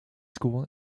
school